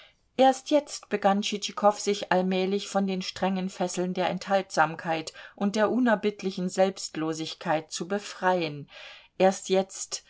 erst jetzt begann tschitschikow sich allmählich von den strengen fesseln der enthaltsamkeit und der unerbittlichen selbstlosigkeit zu befreien erst jetzt